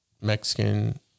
Mexican